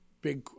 big